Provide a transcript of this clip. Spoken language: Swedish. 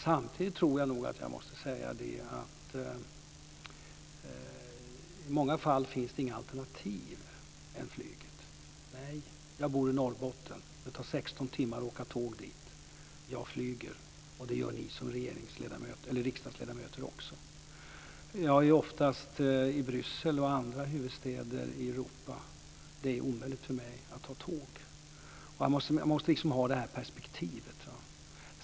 Samtidigt måste jag säga att det i många fall inte finns några alternativ till flyget. Jag bor i Norrbotten. Det tar 16 timmar att åka tåg dit. Jag flyger, och det gör ni som riksdagsledamöter också. Jag är ofta i Bryssel och andra huvudstäder i Europa. Det är omöjligt för mig att ta tåg. Det är det perspektivet man måste ha.